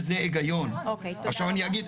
אוקיי תודה רבה.